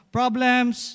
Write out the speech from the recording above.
problems